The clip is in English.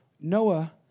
Noah